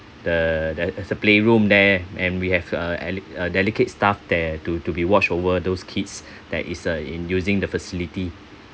the there's a play room there and we have a a delegate staff there to to be watched over those kids that is uh in using the facility